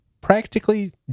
practically